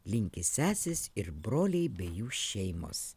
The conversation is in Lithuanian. linki sesės ir broliai bei jų šeimos